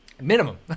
Minimum